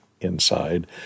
inside